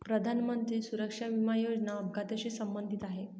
प्रधानमंत्री सुरक्षा विमा योजना अपघाताशी संबंधित आहे